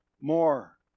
more